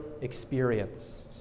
experienced